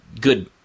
good